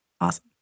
Awesome